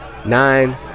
nine